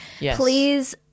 please